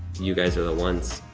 you guys are the ones.